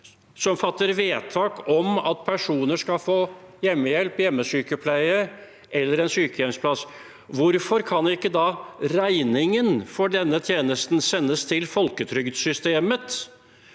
som fatter vedtak om at personer skal få hjemmehjelp, hjemmesykepleie eller en sykehjemsplass, hvorfor kan ikke regningen for denne tjenesten sendes til folketrygdsystemet,